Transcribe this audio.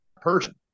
person